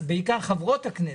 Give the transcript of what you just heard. בעיקר חברות הכנסת,